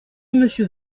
monsieur